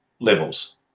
levels